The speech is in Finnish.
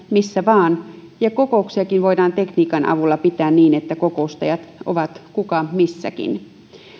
missä vaan ja kokouksiakin voidaan tekniikan avulla pitää niin että kokoustajat ovat kuka missäkin